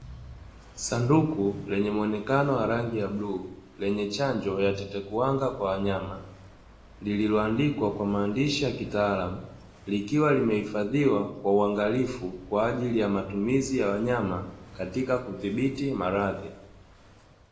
Sanduku lenye muonekano wa rangi ya bluu lenye chanjo ya tetekuwanga kwa wanyama, lililoandikwa kwa maandishi ya kitaalamu likiwa limehifadhiwa kwa uangalifu kwa ajili ya matumizi ya wanyama katika kudhibiti maradhi.